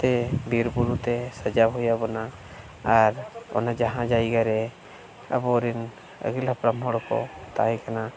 ᱛᱮ ᱵᱤᱨᱼᱵᱩᱨᱩᱛᱮ ᱥᱟᱡᱟᱣ ᱦᱩᱭᱟᱵᱚᱱᱟ ᱟᱨ ᱚᱱᱮ ᱡᱟᱦᱟᱸ ᱡᱟᱭᱜᱟᱨᱮ ᱟᱵᱚᱨᱮᱱ ᱟᱹᱜᱤᱞ ᱦᱟᱯᱲᱟᱢ ᱦᱚᱲ ᱠᱚ ᱛᱟᱦᱮᱸ ᱠᱟᱱᱟ